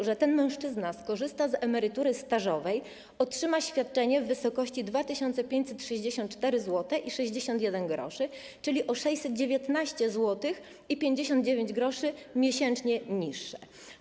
Jeżeli ten mężczyzna skorzysta z emerytury stażowej, otrzyma świadczenie w wysokości 2564,61 zł, czyli o 619,59 zł miesięcznie niższe.